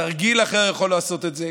תרגיל אחר יכול לעשות את זה.